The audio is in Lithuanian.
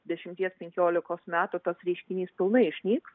dešimties penkiolikos metų tas reiškinys pilnai išnyks